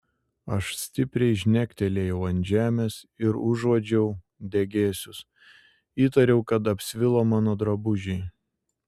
aš stipriai žnektelėjau ant žemės ir užuodžiau degėsius įtariau kad apsvilo mano drabužiai